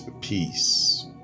peace